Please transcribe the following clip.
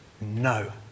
no